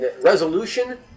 resolution